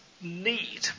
need